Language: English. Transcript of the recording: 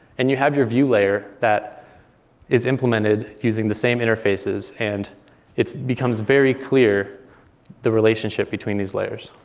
and you have your view layer that is implemented using the same interfaces. and it becomes very clear the relationship between these layers.